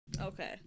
Okay